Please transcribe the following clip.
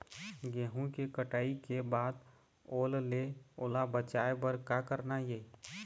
गेहूं के कटाई के बाद ओल ले ओला बचाए बर का करना ये?